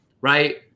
Right